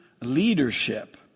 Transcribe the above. leadership